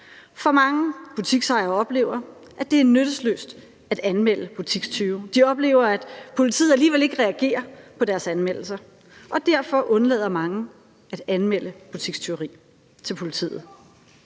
for mange butiksejere oplever, at det er nyttesløst at anmelde butikstyve. De oplever, at politiet alligevel ikke reagerer på deres anmeldelser, og derfor undlader mange at anmelde butikstyveri til politiet.